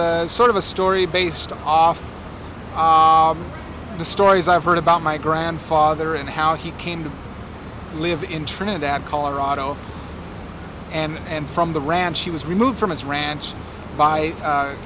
sort of a story based off the stories i've heard about my grandfather and how he came to live in trinidad colorado and from the ranch she was removed from his ranch by